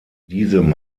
diesem